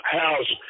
house